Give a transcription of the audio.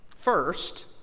First